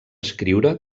escriure